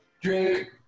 Drink